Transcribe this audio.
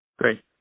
Great